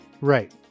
Right